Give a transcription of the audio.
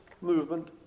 movement